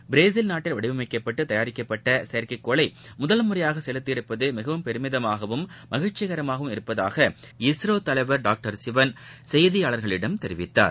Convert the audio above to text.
Brazil நாட்டில் வடிவமைக்கப்பட்டு தயாரிக்கப்பட்ட செயற்கைக்கோளை முதல்முறையாக செலுத்தியிருப்பது மிகவும் பெருமிதமாகவும் மகிழ்ச்சியாகவும் உள்ளது என்று இஸ்ரோ தலைவர் டாக்டர் சிவன் செய்தியாளர்களிடம் தெரிவித்தார்